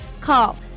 Call